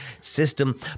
system